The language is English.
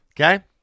Okay